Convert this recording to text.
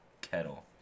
Kettle